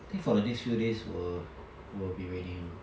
think for the next few days will will be raining lah